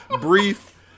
Brief